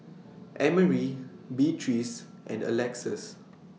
Emery Beatriz and Alexus